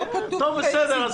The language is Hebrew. טוב, בסדר.